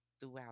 throughout